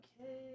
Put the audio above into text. Okay